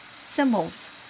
Symbols